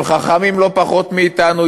הם חכמים לא פחות מאתנו,